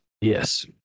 yes